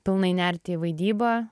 pilnai nerti į vaidybą